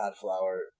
flower